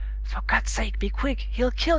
for god's sake, be quick! he'll kill you!